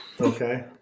Okay